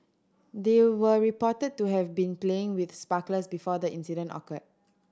they were reported to have been playing with sparklers before the incident occurred